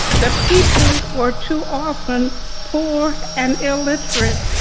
the people were too often poor and illiterate,